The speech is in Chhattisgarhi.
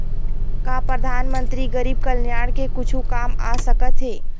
का परधानमंतरी गरीब कल्याण के कुछु काम आ सकत हे